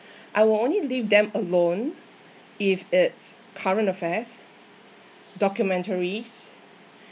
I will only leave them alone if it's current affairs documentaries